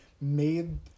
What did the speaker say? made